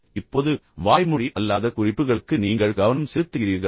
இப்போது வாய்மொழி அல்லாத குறிப்புகளுக்கு நீங்கள் கவனம் செலுத்துகிறீர்களா